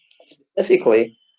Specifically